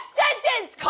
sentence